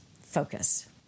focus